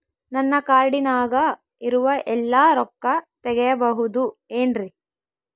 ನನ್ನ ಕಾರ್ಡಿನಾಗ ಇರುವ ಎಲ್ಲಾ ರೊಕ್ಕ ತೆಗೆಯಬಹುದು ಏನ್ರಿ?